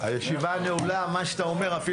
הישיבה ננעלה בשעה 12:56.